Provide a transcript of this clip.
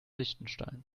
liechtenstein